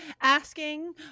asking